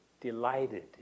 delighted